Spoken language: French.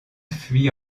fuit